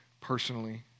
personally